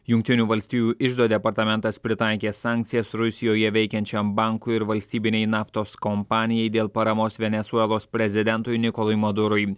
jungtinių valstijų iždo departamentas pritaikė sankcijas rusijoje veikiančiam bankui valstybinei naftos kompanijai dėl paramos venesuelos prezidentui nikolui madurui